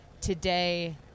Today